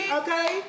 okay